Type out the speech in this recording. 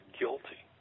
guilty